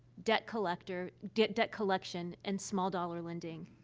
debt collector debt debt collection, and small-dollar lending.